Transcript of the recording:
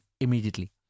immediately